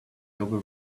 global